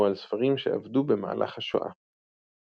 או על ספרים שאבדו במהלך השואה.